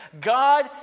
God